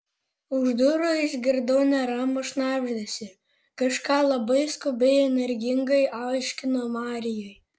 už durų išgirdau neramų šnabždesį kažką labai skubiai energingai aiškino marijui